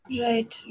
Right